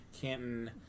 Canton